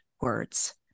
words